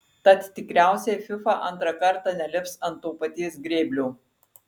tad tikriausiai fifa antrą kartą nelips ant to paties grėblio